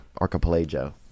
archipelago